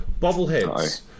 Bobbleheads